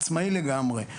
עצמאי לגמרי.